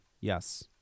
Yes